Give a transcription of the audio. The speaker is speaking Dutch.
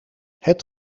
het